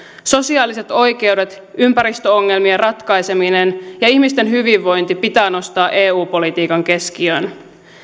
sosiaaliset oikeudet ympäristöongelmien ratkaiseminen ja ihmisten hyvinvointi pitää nostaa eu politiikan keskiöön